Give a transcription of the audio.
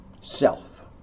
self